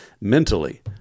mentally